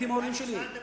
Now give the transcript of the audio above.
עליתי עם ההורים שלי.